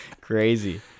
Crazy